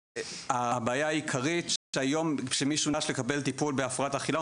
הבעיה העיקרית שהיום כשמישהו ניגש לקבל טיפול בהפרעת אכילה,